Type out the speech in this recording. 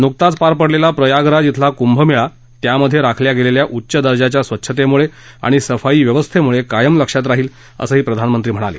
नुकताच पार पडलेला प्रयागराज बिला कुंभमेळा त्यामधे राखल्या गेलेल्या उच्च दर्जाच्या स्वच्छतेमुळे आणि सफाईव्यवस्थेमुळे कायम लक्षात राहील असंही प्रधानमंत्री म्हणाले